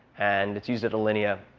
and it's used at alinea.